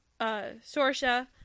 Sorsha